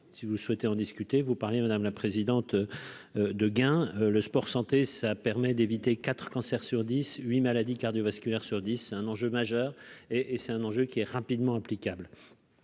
si vous souhaitez en discuter, vous parliez, madame la présidente de gain le sport santé, ça permet d'éviter 4 cancers sur 10, 8 maladies cardiovasculaires sur 10 est un enjeu majeur et et c'est un enjeu qui est rapidement applicables